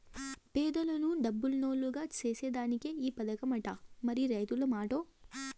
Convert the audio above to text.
పేదలను డబ్బునోల్లుగ సేసేదానికే ఈ పదకమట, మరి రైతుల మాటో